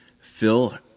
Phil